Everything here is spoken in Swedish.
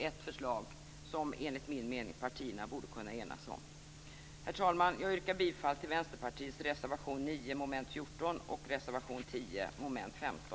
Det är ett förslag som partierna borde kunna enas om enligt min mening. Herr talman! Jag yrkar bifall till Vänsterpartiets reservationer 9 mom. 14 och reservation 10 mom. 11.